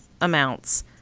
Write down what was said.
amounts